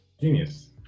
genius